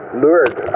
lured